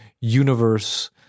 universe